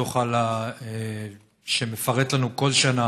דוח שמפרט לנו כל שנה